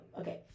okay